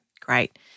Great